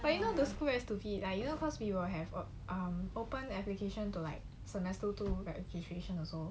but you know the school very stupid lah you know cause we will have a um open application to like semester two registration also